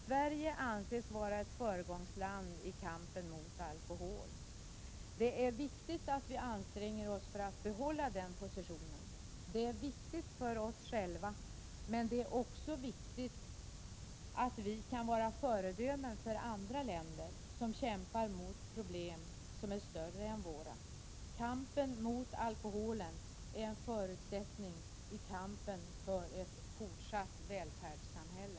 Sverige anses vara ett föregångsland i kampen mot alkohol. Det är viktigt att vi anstränger oss för att behålla den positionen. Det är viktigt för oss själva, men det är också viktigt att vi kan vara föredömen för andra länder som kämpar mot problem som är större än våra. Kampen mot alkoholen är en förutsättning i kampen för ett fortsatt välfärdssamhälle.